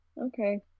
Okay